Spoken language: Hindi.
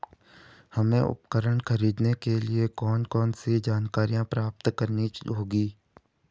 हमें उपकरण खरीदने के लिए कौन कौन सी जानकारियां प्राप्त करनी होगी?